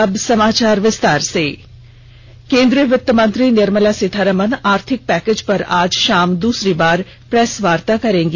अब समाचार विस्तार से केन्द्रीय वित्त मंत्री निर्मला सीतारमण आर्थिक पैकेज पर आज शाम दूसरी बार प्रेस वार्ता करेंगी